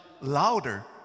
louder